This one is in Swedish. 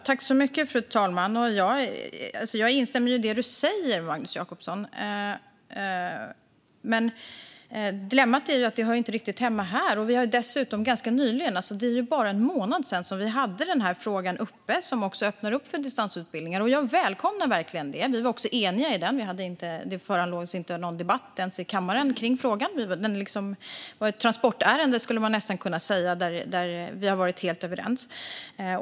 Fru talman! Jag instämmer i det du säger, Magnus Jacobsson, men dilemmat är att det inte riktigt hör hemma här. Det var dessutom ganska nyligen, bara en månad sedan, som vi tog upp denna fråga, som öppnar upp för distansutbildningar. Jag välkomnar verkligen det. Vi var eniga om det, och det var inte ens någon debatt i kammaren om frågan. Man skulle nästan kunna säga att det var ett transportärende där vi var helt överens.